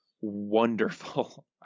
wonderful